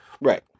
Right